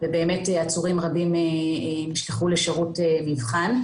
ובאמת עצורים רבים נשלחו לשירות מבחן.